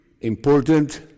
important